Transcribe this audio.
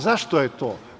Zašto je to?